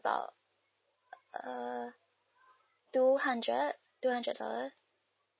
about err two hundred two hundred dollar